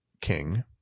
king